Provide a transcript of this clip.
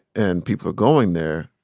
and people are going there,